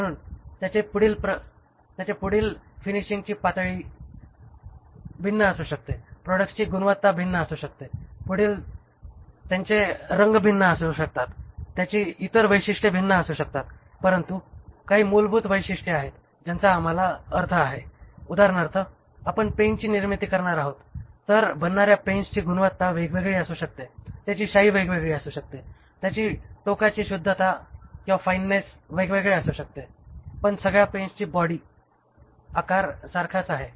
म्हणून त्यांचे पुढील फिनिशिंगची पातळी भिन्न असू शकते प्रॉडक्ट्सची गुणवत्ता भिन्न असू शकते पुढील त्यांचे रंग भिन्न असू शकतात त्यांची इतर वैशिष्ट्ये भिन्न असू शकतात परंतु काही मूलभूत वैशिष्ट्ये आहेत ज्यांचा आम्हाला अर्थ आहे उदाहरणार्थ आपण पेनची निर्मिती करणार आहोत तर बनणाऱ्या पेन्सची गुणवत्ता वेगवेगळी असू शकते त्याची शाई वेगवेगळी असू शकते त्यांच्या टोकाची शुद्धता वेगवेगळी असू शकते पण सगळ्या पेन्सची बॉडी सारखीच आहे